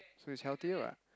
so it's healthier [what]